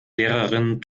lehrerin